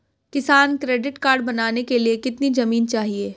किसान credit card बनाने के लिए कितनी जमीन चाहिए?